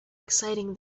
exciting